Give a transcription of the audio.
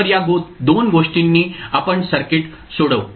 तर या 2 गोष्टींनी आपण सर्किट सोडवू